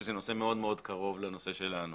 שזה נושא מאוד מאוד קרוב לנושא שלנו,